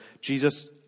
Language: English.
Jesus